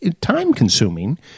time-consuming